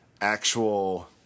actual